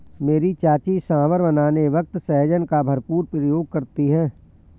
मेरी चाची सांभर बनाने वक्त सहजन का भरपूर प्रयोग करती है